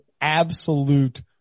absolute